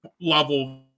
level